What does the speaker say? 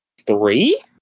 three